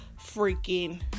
freaking